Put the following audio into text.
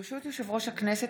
ברשות יושב-ראש הכנסת,